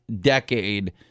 decade